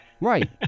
Right